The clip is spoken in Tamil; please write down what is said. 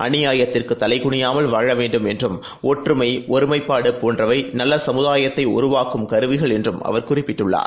அநியாயத்திற்குதலைகுனியாமல் வாழவேண்டும் என்றும் ஒற்றுமைஒருமைப்பாடுபோன்றவைநல்லசமுதாயத்தைஉருவாக்கும் கருவிகள் என்றும் அவர் குறிப்பிட்டுள்ளார்